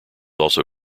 also